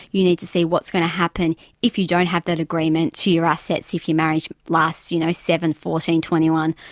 you need to see what's going to happen if you don't have that agreement to your assets if your marriage lasts you know, seven, fourteen, twenty one,